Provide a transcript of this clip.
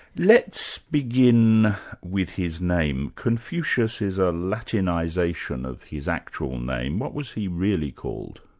let's begin with his name. confucius is a latinisation of his actual name. what was he really called?